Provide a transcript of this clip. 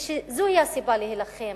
ושזו הסיבה להילחם